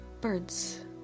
Birds